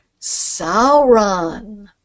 Sauron